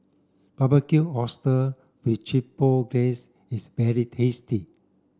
Barbecued Oyster with Chipotle Glaze is very tasty